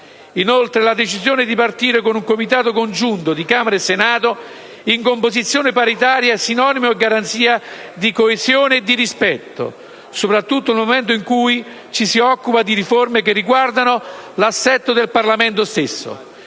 Inoltre, la decisione di partire con un Comitato congiunto di Camera e Senato in composizione paritaria è sinonimo e garanzia di coesione e di rispetto, soprattutto nel momento in cui ci si occupa di riforme che riguardano l'assetto del Parlamento stesso.